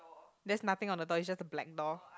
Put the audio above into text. there's nothing on the door it's just a black door